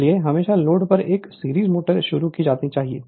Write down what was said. इसलिए हमेशा लोड पर एक सीरीज मोटर शुरू की जानी चाहिए